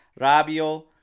Rabio